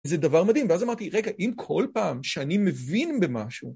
זה דבר מדהים, ואז אמרתי, רגע, אם כל פעם שאני מבין במשהו...